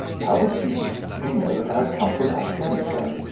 how the deuce did he know that i had come from afghanistan?